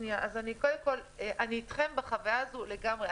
אני אתכם בחוויה הזאת לגמרי.